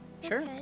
Sure